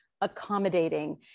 accommodating